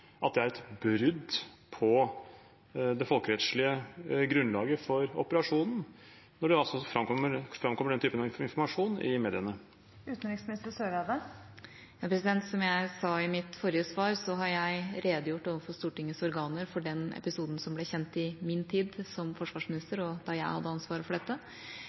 at det er et brudd på det folkerettslige grunnlaget for operasjonen, når det altså framkommer den typen informasjon i mediene? Som jeg sa i mitt forrige svar, har jeg redegjort overfor Stortingets organer for den episoden som ble kjent i min tid som forsvarsminister, da jeg hadde ansvaret for dette.